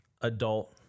adult